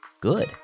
good